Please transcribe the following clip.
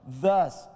Thus